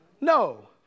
No